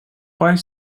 five